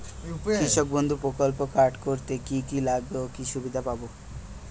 কৃষক বন্ধু প্রকল্প কার্ড করতে কি কি লাগবে ও কি সুবিধা পাব?